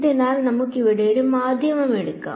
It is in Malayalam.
അതിനാൽ നമുക്ക് ഇവിടെ ഒരു മാധ്യമം എടുക്കാം